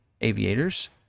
aviators